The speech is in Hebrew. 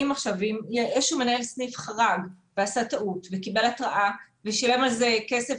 איזשהו מנהל סניף חרג ועשה טעות וקיבל התראה ושילם על זה כסף,